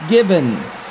Gibbons